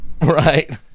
Right